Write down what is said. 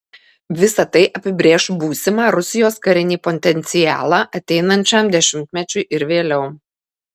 visa tai apibrėš būsimą rusijos karinį potencialą ateinančiam dešimtmečiui ir vėliau